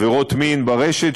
ועבירות מין ברשת,